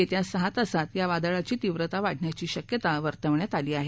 येत्या सहा तासात या वादळाची तीव्रता वाढण्याची शक्यता वर्तवण्यात आली आहे